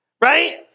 Right